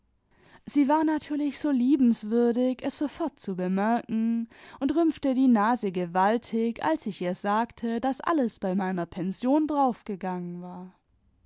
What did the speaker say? sie war natürlich so liebenswürdig es sofort zu bemerken und rümpfte die nase gewaltig als ich ihr sagte daß alles bei meiner pension draufgegangen war